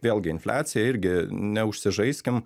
vėlgi infliacija irgi neužsižaiskim